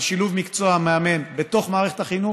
לשילוב מקצוע המאמן בתוך מערכת החינוך.